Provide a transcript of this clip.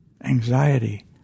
Anxiety